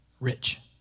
rich